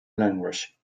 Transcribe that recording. language